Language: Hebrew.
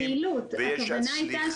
אבל זאת פעילות -- כן,